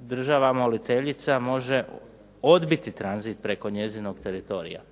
država moliteljica može odbiti tranzit preko njezinog teritorija.